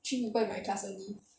three people in my class only